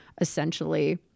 essentially